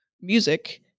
music